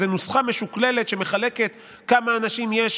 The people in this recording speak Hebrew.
איזו נוסחה משוקללת שמחלקת כמה אנשים יש,